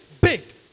Big